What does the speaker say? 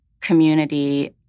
community